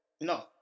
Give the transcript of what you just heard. No